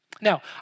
Now